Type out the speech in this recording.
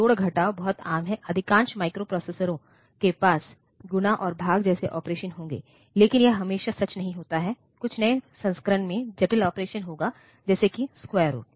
जोड़ घटाव बहुत आम हैं अधिकांश माइक्रोप्रोसेसरों के पास गुणा और भाग जैसे ऑपरेशन होंगे लेकिन यह हमेशा सच नहीं होता है कुछ नए संस्करण में जटिल ऑपरेशन होगा जैसे कि स्क्वायर रूट